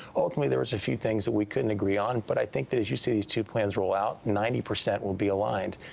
ultimately, there was a few thing that we couldn't agree on, but i think that, as you see these two plans roll out, ninety percent will be aligned,